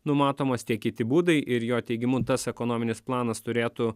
numatomos tiek kiti būdai ir jo teigimu tas ekonominis planas turėtų